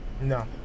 No